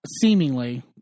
seemingly